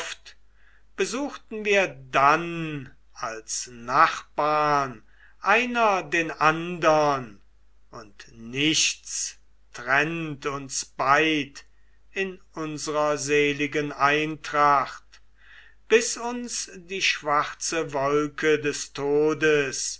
besuchten wir dann als nachbarn einer den andern und nichts trennt uns beid in unserer seligen eintracht bis uns die schwarze wolke des todes